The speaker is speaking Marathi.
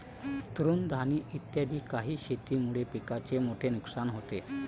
तृणधानी इत्यादी काही शेतीमुळे पिकाचे मोठे नुकसान होते